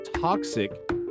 toxic